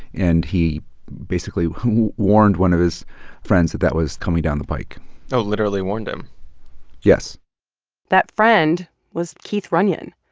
and he basically who warned one of his friends that that was coming down the pike oh, literally warned him yes that friend was keith runyon,